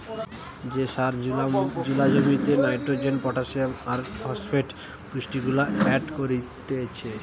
যে সার জুলা জমিতে নাইট্রোজেন, পটাসিয়াম আর ফসফেট পুষ্টিগুলা এড করতিছে